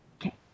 Okay